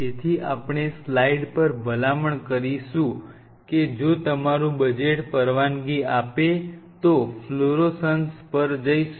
તેથી આપણે સ્લાઇડ પર ભલામણ કરીશું કે જો તમારું બજેટ પરવાનગી આપે તો ફ્લોરોસન્સ પર જઇશું